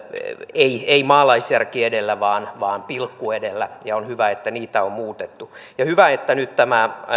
ei ei maalaisjärki edellä vaan vaan pilkku edellä ja on hyvä että niitä on muutettu hyvä että nyt tämä